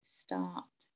start